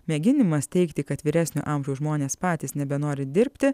mėginimas teigti kad vyresnio amžiaus žmonės patys nebenori dirbti